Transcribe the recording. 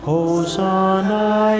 Hosanna